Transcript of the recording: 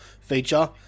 feature